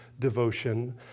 devotion